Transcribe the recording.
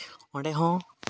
ᱚᱸᱰᱮ ᱦᱚᱸ